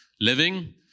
living